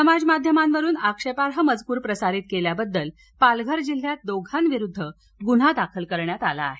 समाज माध्यामांवरून आक्षेपार्ह मजकूर प्रसारित केल्याबद्दल पालघर जिल्ह्यात दोघांविरुद्ध गुन्हा दाखल करण्यात आला आहे